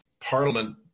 Parliament